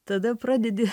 tada pradedi